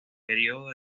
período